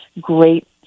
Great